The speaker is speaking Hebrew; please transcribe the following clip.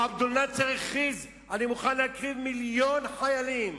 עבד אל-נאצר הכריז: אני מוכן להקריב מיליון חיילים